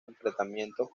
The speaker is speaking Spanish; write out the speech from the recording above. enfrentamientos